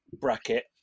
bracket